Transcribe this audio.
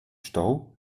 stau